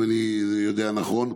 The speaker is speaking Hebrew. אם אני יודע נכון,